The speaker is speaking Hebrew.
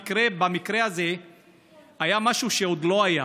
במקרה הזה היה משהו שעוד לא היה: